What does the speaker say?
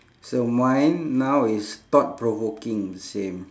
so mine now is thought provoking same